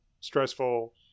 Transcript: stressful